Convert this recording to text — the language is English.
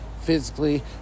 physically